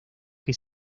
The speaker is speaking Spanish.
que